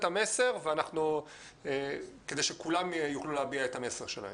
המסר כדי שכולם יוכלו להביא את המסר שלהם.